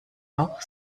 auch